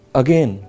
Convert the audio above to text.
again